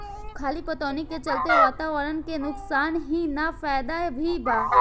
खली पटवनी के चलते वातावरण के नुकसान ही ना फायदा भी बा